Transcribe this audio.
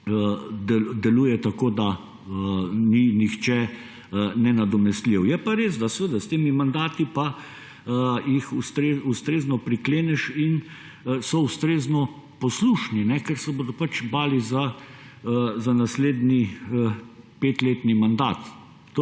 deluje tako, da ni nihče nenadomestljiv. Je pa res, da s temi mandati jih ustrezno prikleneš in so ustrezno poslušni, ker se bodo pač bali za naslednji petletni mandat.